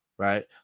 right